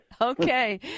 Okay